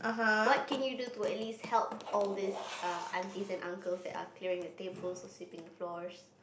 what can you do to at least help all these err aunties and uncles that are clearing the tables or sweeping floors